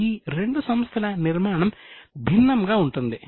ఈ రెండు సంస్థల నిర్మాణం భిన్నంగా ఉంటుంది